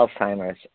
Alzheimer's